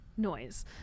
noise